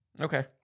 Okay